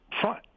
front